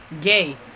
gay